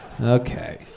Okay